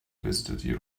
visited